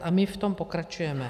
A my v tom pokračujeme.